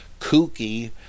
kooky